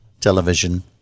Television